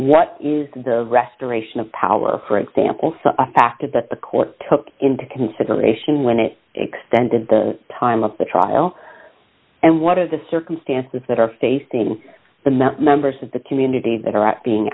what is the restoration of power for example such a fact that the court took into consideration when it extended the time of the trial and what are the circumstances that are facing the members of the community that are out being